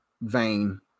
vein